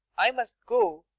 i must go.